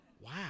Wow